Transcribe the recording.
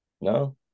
No